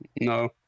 No